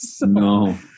no